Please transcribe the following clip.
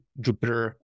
Jupiter